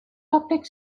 public